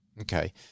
Okay